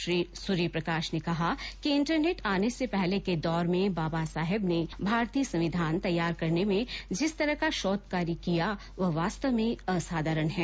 श्री सूर्य प्रकाश ने कहा कि इंटरनेट आने से पहले के दौर में बाबा साहेब ने भारतीय संविधान तैयार करने में जिस तरह का शौध कार्य किया वह वास्तव में असाधारण है